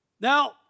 Now